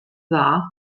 dda